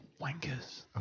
Wankers